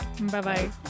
bye-bye